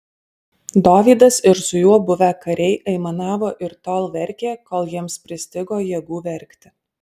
dovydas ir su juo buvę kariai aimanavo ir tol verkė kol jiems pristigo jėgų verkti